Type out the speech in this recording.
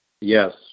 Yes